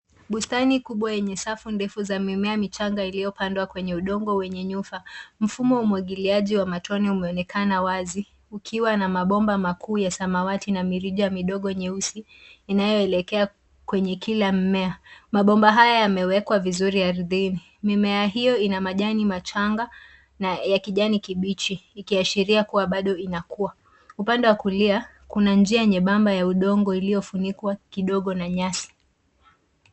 Bustani kubwa yenye safu ndefu za mimea michanga iliyopandwa kwenye udongo wenye nyufa. Mfumo wa umwagiliaji wa matone umeonekana wazi ukiwa na mabomba makuu ya samawati na mirija midogo nyeusi inayoelekea kwenye kila mmea. Mabomba haya yamewekwa vizuri ardhini. Mimea hiyo ina majani machanga na ya kijani kibichi ikiashiria kuwa bado inakua. Upande wa kulia kuna njia nyebamba ya udongo iliyofunikwa kidogo na nyasi.